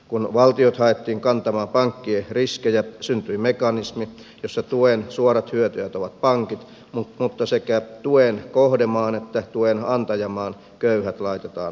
kun valtiot haettiin kantamaan pankkien riskejä syntyi mekanismi jossa tuen suorat hyötyjät ovat pankit mutta sekä tuen kohdemaan että tuen antajamaan köyhät laitetaan maksajiksi